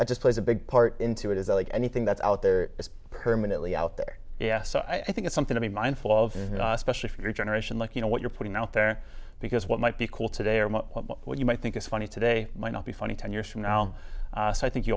that just plays a big part into it is like anything that's out there is permanently out there yeah so i think it's something to be mindful of that especially for your generation like you know what you're putting out there because what might be cool today or what you might think is funny today might not be funny ten years from now so i think you